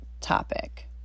topic